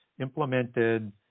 implemented